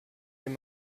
dem